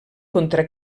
contra